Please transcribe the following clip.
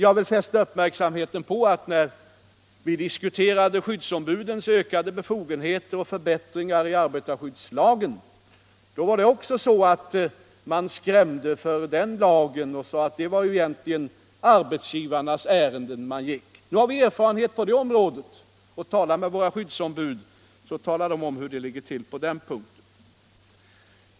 Jag vill fästa uppmärksamheten på att när vi diskuterade ökade befogenheter och förbättringar i arbetarskyddslagen skrämde man också för den lagen och sade att vi egentligen gick arbetsgivarnas ärenden. Nu har vi erfarenhet på det området. Tala med våra skyddsombud! De kan tala om hur det ligger till på den punkten.